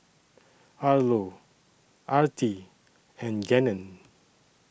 Arlo Artie and Gannon